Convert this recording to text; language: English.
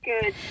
good